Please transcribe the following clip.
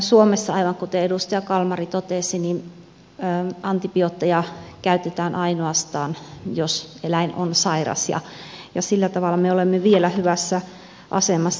suomessa aivan kuten edustaja kalmari totesi antibiootteja käytetään ainoastaan jos eläin on sairas ja sillä tavalla me olemme vielä hyvässä asemassa